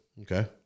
Okay